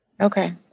Okay